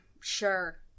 sure